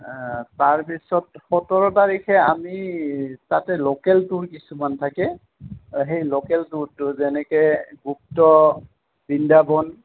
তাৰপিছত সোতৰ তাৰিখে আমি তাতে লোকেল টোৰ কিছুমান থাকে সেই লোকেল টোৰটো যেনেকৈ গুপ্ত বৃন্দাবন